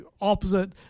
opposite